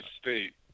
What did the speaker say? state